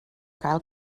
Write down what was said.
gael